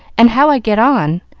and how i get on.